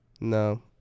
No